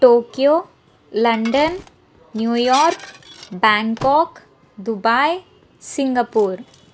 Tokyo London New York Bangkok Dubai Singapore